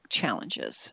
challenges